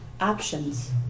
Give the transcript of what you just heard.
options